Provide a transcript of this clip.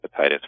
hepatitis